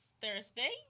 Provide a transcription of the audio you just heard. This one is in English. Thursday